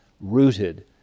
rooted